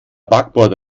backbord